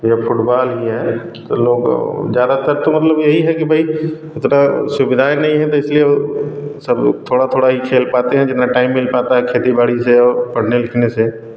यह फुटबॉल ही है लोग ज़्यादातर तो मतलब यही है कि भाई उतनी सुविधाएँ नहीं हैं तो इसलिए सब लोग थोड़ा थोड़ा ही खेल पाते हैं जितना टाइम मिल पाता है खेती बाड़ी से और पढ़ने लिखने से